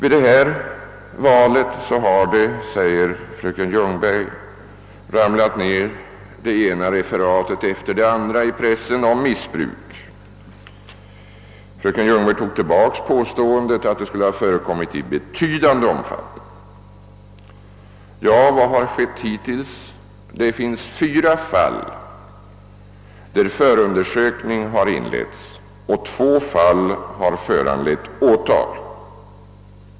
Vid det senaste valet har det, säger fröken Ljungberg, ramlat ned det ena referatet efter det andra i pressen om missbruk; fröken Ljungberg tog tillbaka påståendet att sådant skulle ha förekommit i betydande omfattning. Vad har skett hittills? I fyra fall har förundersökning inletts, och två fall har föranlett åtal.